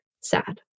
Sad